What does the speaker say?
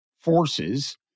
forces